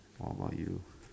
what about you